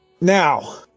Now